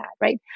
right